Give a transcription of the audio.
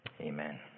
Amen